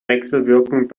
wechselwirkung